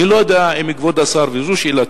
אני לא יודע אם כבוד השר, וזו שאלתי,